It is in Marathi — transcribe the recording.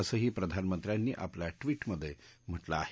असंही प्रधानमंत्र्यांनी आपल्या व्वित्तमध्ये म्हा किं आहे